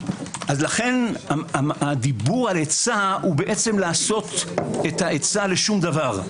לכן הדיבור על עצה הוא לעשות את העצה לשום דבר.